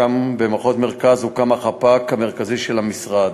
שם, במחוז מרכז, הוקם החפ"ק המרכזי של המשרד,